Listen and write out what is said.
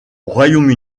royaume